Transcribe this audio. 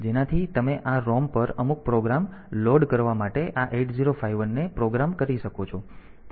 જેનાથી તમે આ ROM પર અમુક પ્રોગ્રામ લોડ કરવા માટે આ 8051 ને પ્રોગ્રામ કરી શકો છો